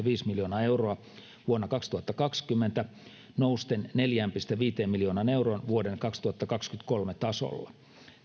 viisi miljoonaa euroa vuonna kaksituhattakaksikymmentä nousten neljään pilkku viiteen miljoonaan euroon vuoden kaksituhattakaksikymmentäkolme tasolla